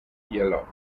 yellow